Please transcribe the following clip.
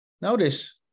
Notice